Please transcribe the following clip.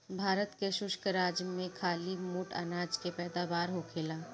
भारत के शुष्क राज में खाली मोट अनाज के पैदावार होखेला